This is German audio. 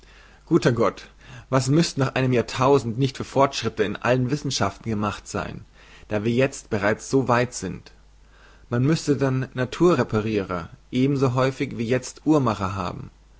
guter gott was müssen nach einem jahrtausend nicht für fortschritte in allen wissenschaften gemacht sein da wir jezt bereits so weit sind man muß dann naturreparirer eben so häufig wie jezt uhrmacher haben